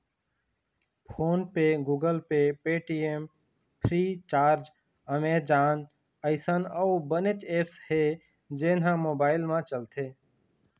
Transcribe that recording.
phone पे, Google Pay, Paytm, Freecharge, Amazon अइसन अउ बनेच ऐप्स हे जेन ह मोबाईल म चलथे